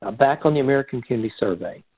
um back on the american community survey,